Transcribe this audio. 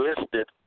listed